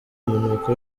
umunuko